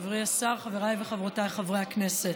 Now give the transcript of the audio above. חברי השר, חבריי וחברותיי חברי הכנסת,